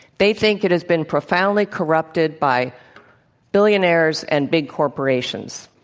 they think it has been profoundly corrupted by billionaires and big corporations.